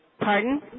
Pardon